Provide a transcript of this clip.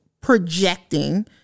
projecting